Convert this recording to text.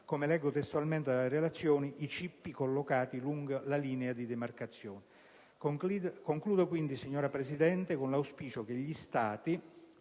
(come è detto testualmente nella relazione "cippi collocati lungo la linea di demarcazione"). Concludo, quindi, signora Presidente, con l'auspicio che gli Stati,